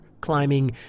Climbing